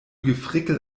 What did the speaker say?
gefrickel